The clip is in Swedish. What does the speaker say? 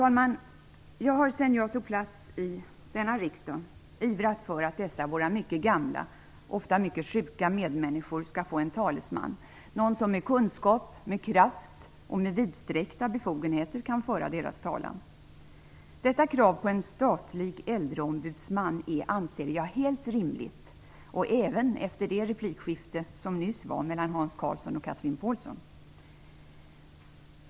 Sedan jag tog plats i denna riksdag har jag ivrat för att dessa våra mycket gamla och ofta mycket sjuka medmänniskor skulle få en talesman, någon som med kunskap, med kraft och med vidsträckta befogenheter kan föra de äldres talan. Jag anser att detta krav på en statlig äldreombudsman är helt rimligt, även efter det replikskifte som nyss ägde rum mellan Hans Karlsson och Chatrine Pålsson.